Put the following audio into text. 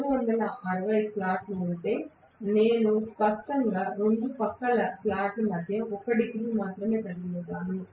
360 స్లాట్లు ఉంటే నేను స్పష్టంగా 2 ప్రక్కల స్లాట్ల మధ్య 1 డిగ్రీ మాత్రమే కలిగి ఉన్నాను